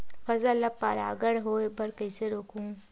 फसल ल परागण होय बर कइसे रोकहु?